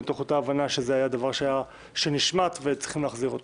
מתוך הבנה שזה היה דבר שנשמט וצריך להחזיר אותו.